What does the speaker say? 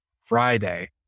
Friday